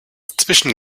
zwischen